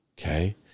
okay